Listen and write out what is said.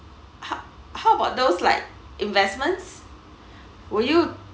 h~ how about those like investments will you